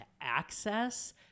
access